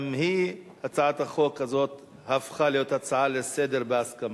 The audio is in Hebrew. גם הצעת החוק הזאת הפכה להיות הצעה לסדר-היום בהסכמה.